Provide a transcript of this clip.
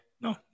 no